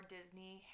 Disney